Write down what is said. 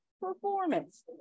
performance